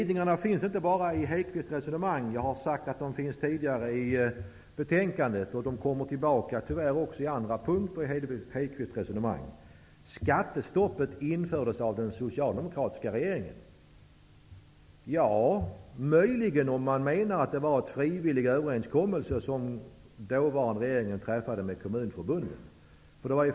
Det finns i detta fall glidningar i Lennart Hedquists resonemang och i betänkandet, och de kommer tyvärr tillbaka under andra punkter i hans resonemang. Det påstås att skattestoppet infördes av den socialdemokratiska regeringen. Ja, möjligen om man menar att det var en frivillig överenskommelse som den dåvarande regeringen träffade med Kommunförbundet.